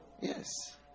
Yes